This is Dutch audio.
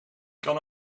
kan